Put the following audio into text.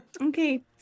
Okay